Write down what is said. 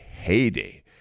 heyday